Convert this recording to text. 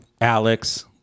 Alex